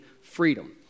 freedom